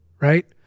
right